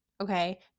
Okay